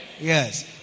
Yes